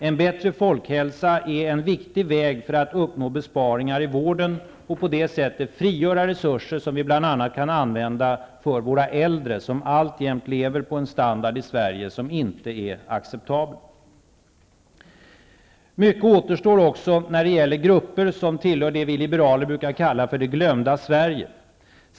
En bättre folkhälsa är en viktig väg för att uppnå besparingar i vården och för att på det sättet frigöra resurser som vi bl.a. kan använda för våra äldre, som alltjämt har en standard som inte är acceptabel i Sverige. Mycket återstår också när det gäller grupper som tillhör det vi liberaler brukar kalla för det glömda Sverige.